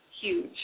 huge